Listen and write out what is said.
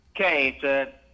Okay